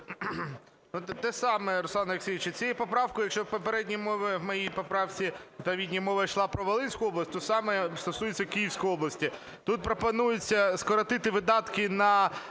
Те саме, Руслан Олексійович, цією поправкою, якщо в попередній моїй поправці там мова йшла про Волинську область, тут саме стосується Київської області. Тут пропонується скоротити видатки на